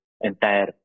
entire